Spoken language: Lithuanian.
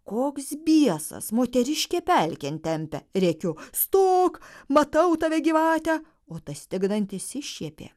koks biesas moteriškę pelkėn tempia rėkiu stok matau tave gyvatę o tas tik dantis iššiepė